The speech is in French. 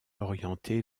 orienté